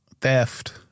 theft